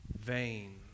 vain